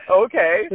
okay